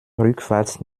rückwarts